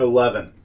Eleven